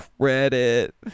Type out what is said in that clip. credit